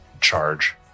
charge